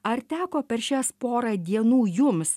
ar teko per šias porą dienų jums